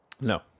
No